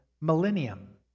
millennium